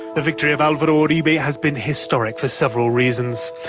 the victory of alvaro uribe has been historic for several reasons.